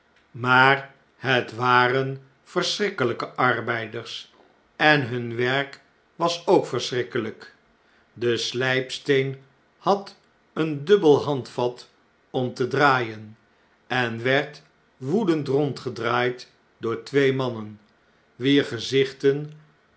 maar het waren verschrikkelijke arbeiders en hun werk was ook verschrikkeljjk de sljjpsteen had een dubbel handvat om te draaien en werd woedend rondgedraaid door twee mannen wier gezichten